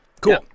Cool